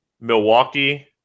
Milwaukee